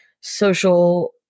social